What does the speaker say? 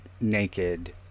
naked